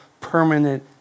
permanent